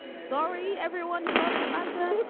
sorry. everyone who loves atlanta